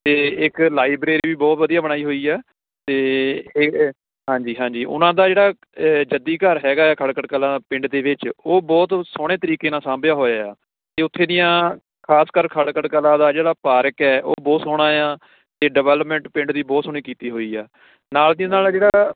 ਅਤੇ ਇੱਕ ਲਾਈਬ੍ਰੇਰੀ ਵੀ ਬਹੁਤ ਵਧੀਆ ਬਣਾਈ ਹੋਈ ਆ ਅਤੇ ਹਾਂਜੀ ਹਾਂਜੀ ਉਹਨਾਂ ਦਾ ਜਿਹੜਾ ਜੱਦੀ ਘਰ ਹੈਗਾ ਖਟਕੜ ਕਲਾਂ ਪਿੰਡ ਦੇ ਵਿੱਚ ਉਹ ਬਹੁਤ ਸੋਹਣੇ ਤਰੀਕੇ ਨਾਲ ਸਾਂਭਿਆ ਹੋਇਆ ਅਤੇ ਉੱਥੇ ਦੀਆਂ ਖਾਸਕਰ ਖਟਕੜ ਕਲਾਂ ਦਾ ਜਿਹੜਾ ਪਾਰਕ ਹੈ ਉਹ ਬਹੁਤ ਸੋਹਣਾ ਆ ਅਤੇ ਡਿਵੈਲਪਮੈਂਟ ਪਿੰਡ ਦੀ ਬਹੁਤ ਸੋਹਣੀ ਕੀਤੀ ਹੋਈ ਆ ਨਾਲ ਦੀ ਨਾਲ ਜਿਹੜਾ